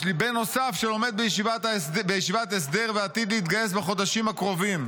יש לי בן נוסף שלומד בישיבת הסדר ועתיד להתגייס בחודשים הקרובים.